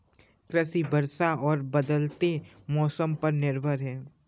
कृषि वर्षा और बदलते मौसम पर निर्भर है